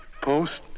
Post